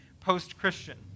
post-Christian